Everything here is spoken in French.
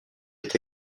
est